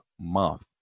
month